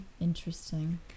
Interesting